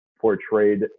portrayed